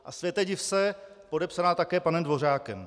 A světe div se, podepsaná také panem Dvořákem.